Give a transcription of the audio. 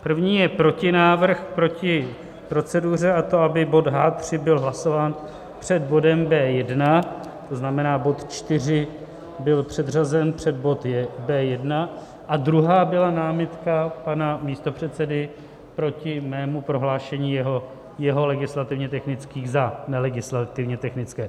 První je protinávrh proti proceduře, a to aby bod H3 byl hlasován před bodem B1, to znamená, bod 4 byl předřazen před bod B1, a druhá byla námitka pana místopředsedy proti mému prohlášení jeho legislativně technických za nelegislativně technické.